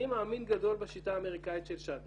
אני מאמין גדול בשיטה האמריקאית של שדר